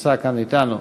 שנמצא כאן אתנו.